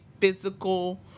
physical